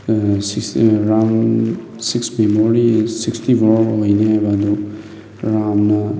Ram six memory sixty four ꯑꯣꯏꯅꯤ ꯍꯥꯏꯕ ꯑꯗꯣ ꯔꯥꯝꯅ